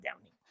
Downing